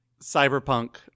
Cyberpunk